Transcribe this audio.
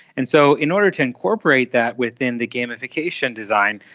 and so in order to incorporate that within the gamification design,